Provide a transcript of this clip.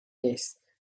نیست